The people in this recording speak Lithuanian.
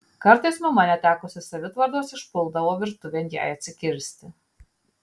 kartais mama netekusi savitvardos išpuldavo virtuvėn jai atsikirsti